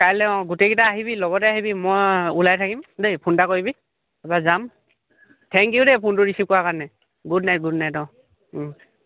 কাইলৈ অঁ গোটেইকেইটা আহিবি লগতে আহিবি মই ওলাই থাকিম দেই ফোন এটা কৰিবি তাৰপৰা যাম থেংক ইউ দেই ফোনটো ৰিচিভ কৰাৰ কাৰণে গুড নাইট গুড নাইট অঁ